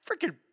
freaking